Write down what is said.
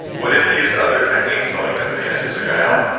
what if you use other techniques to lengthen the penis? is it going to help?